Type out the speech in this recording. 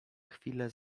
chwilę